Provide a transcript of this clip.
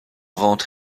ventre